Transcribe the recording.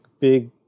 big